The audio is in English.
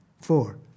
Four